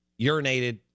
urinated